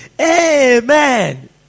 Amen